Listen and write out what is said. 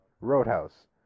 Roadhouse